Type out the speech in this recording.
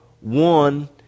one